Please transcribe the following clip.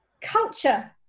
culture